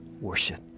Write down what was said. worship